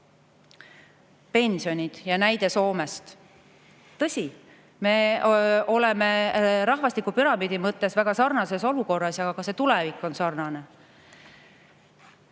hinnaga. Pensionid ja näide Soomest. Tõsi, me oleme rahvastikupüramiidi mõttes väga sarnases olukorras ja ka tulevik on sarnane.